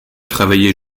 travaillait